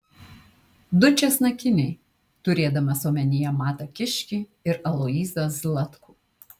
du česnakiniai turėdamas omenyje matą kiškį ir aloyzą zlatkų